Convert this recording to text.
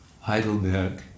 Heidelberg